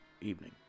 evening